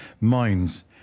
minds